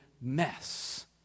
mess